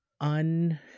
un